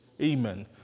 Amen